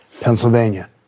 Pennsylvania